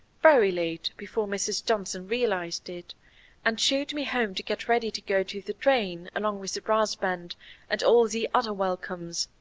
very late, before mrs. johnson realised it and shooed me home to get ready to go to the train along with the brass band and all the other welcomes.